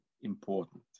important